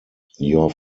your